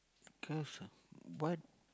cause uh what